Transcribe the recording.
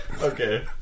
Okay